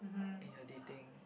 and we're dating